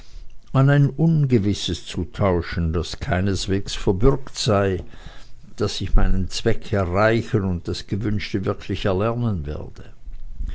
an ein ungewisses zu tauschen da es keineswegs verbürgt sei daß ich meinen zweck erreichen und das gewünschte wirklich erlernen werde